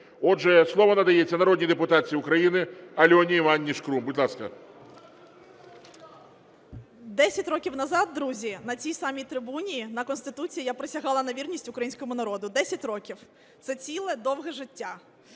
Отже, слово надається народній депутатці України Альоні Іванівні Шкрум. Будь ласка. 14:07:44 ШКРУМ А.І. 10 років назад, друзі, на цій самій трибуні на Конституції я присягала на вірність українському народу. 10 років – це ціле довге життя.